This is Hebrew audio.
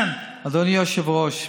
אדוני היושב-ראש,